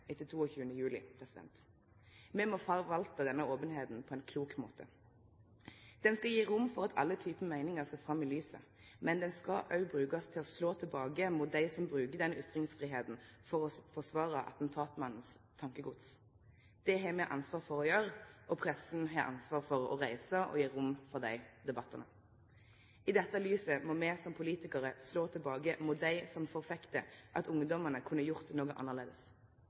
etter 22. juli. Me må forvalte denne openheita på ein klok måte. Ho skal gje rom for at alle typar meiningar skal fram i lyset, men det skal òg brukast til å slå tilbake mot dei som bruker ytringsfridomen for å forsvare attentatsmannens tankegods. Det har me ansvar for å gjere, og pressa har ansvar for å reise og gje rom for dei debattane. I dette lyset må me som politikarar slå tilbake mot dei som forfektar at ungdomane kunne ha gjort noko